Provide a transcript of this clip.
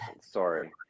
Sorry